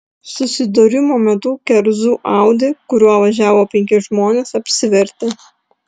susidūrimo metu kerzų audi kuriuo važiavo penki žmonės apsivertė